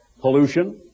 pollution